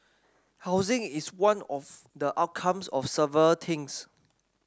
housing is one of the outcomes of several things